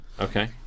Okay